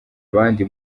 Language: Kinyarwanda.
abandi